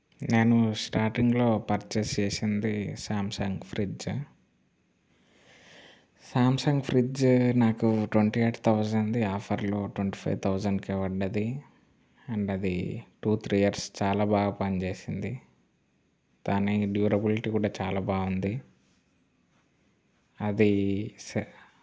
నేను స్టార్టింగ్లో పర్చేస్ చేసింది సాంసంగ్ ఫ్రిడ్జ్ సాంసంగ్ ఫ్రిడ్జ్ నాకు ట్వంటీ ఎయిట్ థౌసండ్ది ఆఫర్లో ట్వంటీ ఫైవ్ థౌసండ్కే పడ్డది అండ్ అది టు త్రీ ఇయర్స్ చాలా బాగా పనిచేస్తుంది దాన్ని డ్యురబులిటీ కూడా చాలా బాగుంది అది